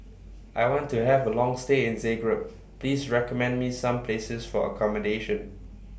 I want to Have A Long stay in Zagreb Please recommend Me Some Places For accommodation